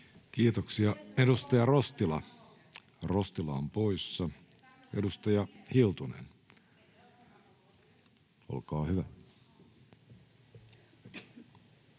Kiitoksia. — Edustaja Rostila on poissa. — Edustaja Hiltunen, olkaa hyvä.